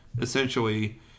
essentially